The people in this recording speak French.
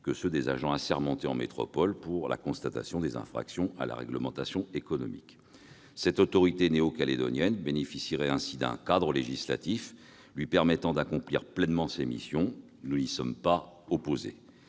que les agents assermentés en métropole pour la constatation des infractions à la réglementation économique. Cette autorité néo-calédonienne de la concurrence bénéficiera ainsi d'un cadre législatif lui permettant d'accomplir pleinement ses missions. Nous n'y sommes pas opposés.